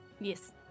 yes